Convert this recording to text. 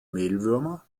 mehlwürmer